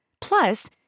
Plus